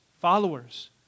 followers